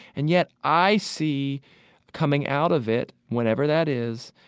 and yet i see coming out of it, whenever that is,